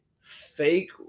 fake